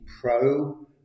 Pro